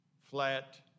flat